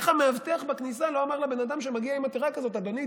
אין המאבטח בכניסה לא אמר לבן אדם שמגיע עם עתירה כזאת: אדוני,